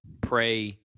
pray